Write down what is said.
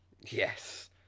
Yes